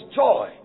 joy